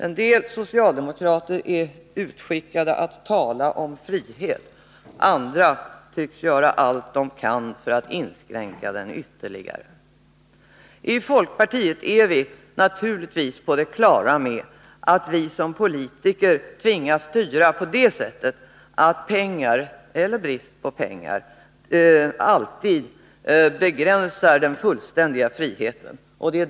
En del socialdemokrater är utskickade för att tala om frihet, andra tycks göra allt de kan för att inskränka den ytterligare. Vii folkpartiet är naturligtvis på det klara med att politiker tvingas styra på det sättet, att pengar-— eller brist på pengar — alltid begränsar den fullständiga friheten.